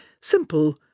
simple